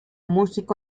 músico